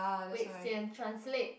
wait sian translate